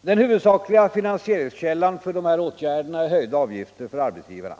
Den huvudsakliga finansieringskällan för dessa åtgärder är höjda avgifter för arbetsgivarna.